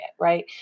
right